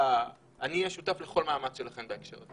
אני אהיה שותף לכל מאמץ שלכם בהקשר הזה.